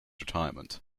retirement